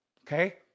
okay